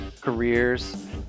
careers